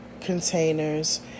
containers